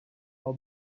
all